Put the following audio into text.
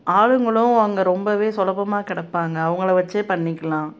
ஆளுங்களும் அங்கே ரொம்பவே சுலபமாக கிடைப்பாங்க அவங்கள வைச்சே பண்ணிக்கலாம்